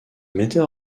metteur